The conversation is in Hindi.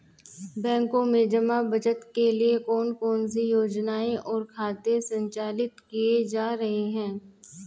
बैंकों में जमा बचत के लिए कौन कौन सी योजनाएं और खाते संचालित किए जा रहे हैं?